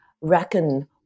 reckon